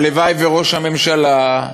הלוואי שראש הממשלה,